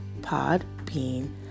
Podbean